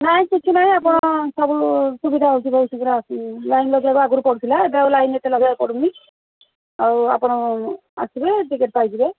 ନାହିଁ କିଛି ନାହିଁ ଆପଣ ସବୁ ସୁବିଧା ହେଉଛି ବହୁତ ଶୀଘ୍ର ଆସି ଲାଇନ୍ ଲଗାଇବା ଆଗରୁ ପଡ଼ୁଥିଲା ଏବେ ଆଉ ଲାଇନ୍ ଏତେ ଲଗାଇବାକୁ ପଡ଼ୁନି ଆଉ ଆପଣ ଆସିଲେ ଟିକେଟ୍ ପାଇଯିବେ